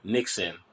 Nixon